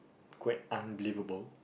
quite unbelievable